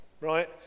right